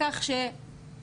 והשם שניתן לזה,